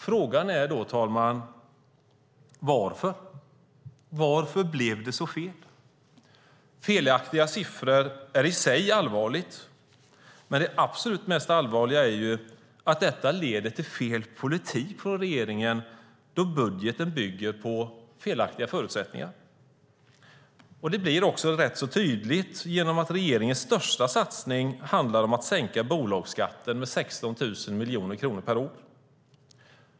Frågan är då, herr talman: Varför blev det så fel? Felaktiga siffror är i sig allvarligt, men det absolut mest allvarliga är att det leder till fel politik från regeringen när budgeten bygger på felaktiga förutsättningar. Det blir också rätt tydligt genom att regeringens största satsning handlar om att sänka bolagskatten med 16 000 miljoner kronor per år.